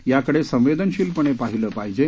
याकडे संवेदनशीलपणे पाहिले पाहिजे